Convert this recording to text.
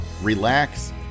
relax